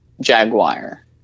Jaguar